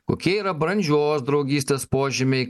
kokie yra brandžios draugystės požymiai